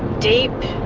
deep,